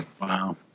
Wow